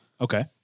Okay